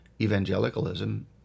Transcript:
Evangelicalism